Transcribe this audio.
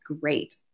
great